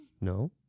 No